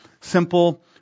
Simple